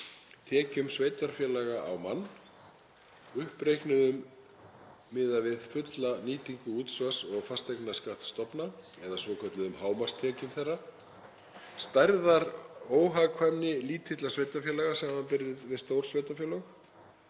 Tekjum sveitarfélaga á mann, uppreiknuðum miðað við fulla nýtingu útsvars- og fasteignaskattsstofna eða svokölluðum hámarkstekjum þeirra, stærðaróhagkvæmni lítilla sveitarfélaga samanborið við stór sveitarfélög